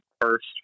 first